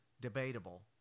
debatable